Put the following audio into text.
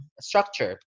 structure